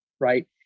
right